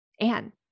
Anne